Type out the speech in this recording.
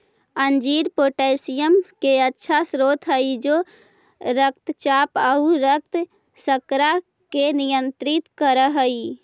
अंजीर पोटेशियम के अच्छा स्रोत हई जे रक्तचाप आउ रक्त शर्करा के नियंत्रित कर हई